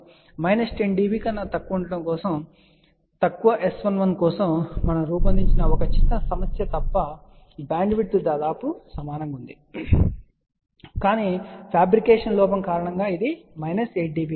minus 10 dB కన్నా తక్కువ S11కోసం మనము రూపొందించిన ఒక చిన్న సమస్య తప్ప బ్యాండ్విడ్త్ దాదాపు సమానంగా ఉంటుంది కాని ఫాబ్రికేషన్ లోపం కారణంగా ఇది మైనస్ 8 dB గా వచ్చింది